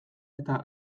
eta